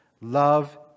love